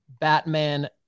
Batman